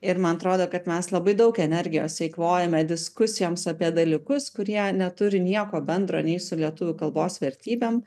ir man atrodo kad mes labai daug energijos eikvojame diskusijoms apie dalykus kurie neturi nieko bendro nei su lietuvių kalbos vertybėm